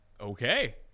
Okay